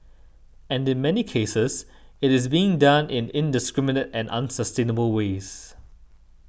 and in many cases it is being done in indiscriminate and unsustainable ways